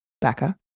becca